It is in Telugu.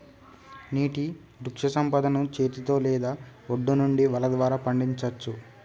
నీటి వృక్షసంపదను చేతితో లేదా ఒడ్డు నుండి వల ద్వారా పండించచ్చు